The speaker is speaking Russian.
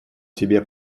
тебе